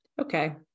okay